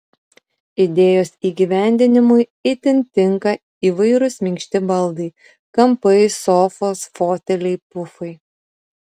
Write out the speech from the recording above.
idėjos įgyvendinimui itin tinka įvairūs minkšti baldai kampai sofos foteliai pufai